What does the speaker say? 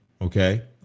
okay